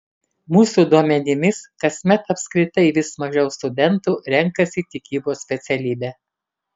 mūsų duomenimis kasmet apskritai vis mažiau studentų renkasi tikybos specialybę